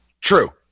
True